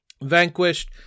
vanquished